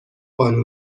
قانون